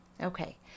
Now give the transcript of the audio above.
Okay